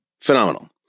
Phenomenal